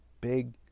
Big